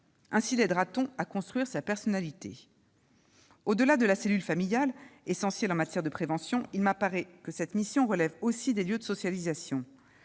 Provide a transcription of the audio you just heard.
Ainsi l'aidera-t-on à construire sa personnalité. Au-delà de la cellule familiale, essentielle en matière de prévention, il me semble que cette mission relève aussi des lieux de socialisation.